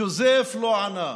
ג'וזף, לא ענה,